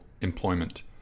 employment